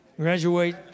graduate